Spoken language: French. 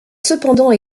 cependant